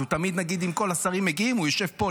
אז אם כל השרים מגיעים הוא יושב פה,